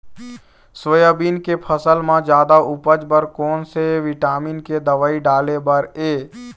Soybean के फसल म जादा उपज बर कोन से विटामिन के दवई डाले बर ये?